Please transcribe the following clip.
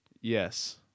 Yes